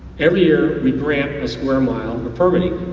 every year we grab a square mile to prorate,